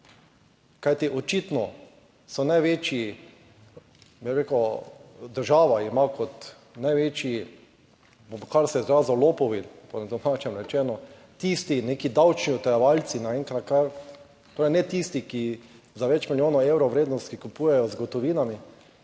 kajti očitno so največji, bi rekel, država ima kot največji, bom kar se izrazil, lopovi po domače rečeno, tisti neki davčni utajevalci naenkrat, torej ne tisti, ki za več milijonov evrov vrednosti kupujejo z gotovinami